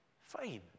fine